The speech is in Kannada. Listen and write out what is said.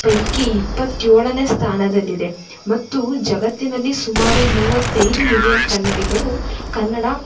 ಪೈಕಿ ಇಪ್ಪತ್ತೇಳನೇ ಸ್ಥಾನದಲ್ಲಿದೆ ಮತ್ತು ಜಗತ್ತಿನಲ್ಲಿ ಸುಮಾರು ಮೂವತ್ತೈದು ಮಿಲಿಯನ್ ಕನ್ನಡಿಗರು ಕನ್ನಡ